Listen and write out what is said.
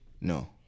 No